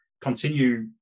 continue